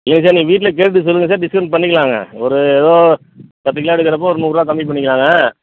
இல்லை சார் நீங்கள் வீட்டில் கேட்டுகிட்டு சொல்லுங்கள் சார் டிஸ்க்கௌண்ட் பண்ணிக்கிலாங்க ஒரு எதோ பத்துக் கிலோ எடுக்கிறப்போ ஒரு நூறுவா கம்மிப் பண்ணிக்கலாங்க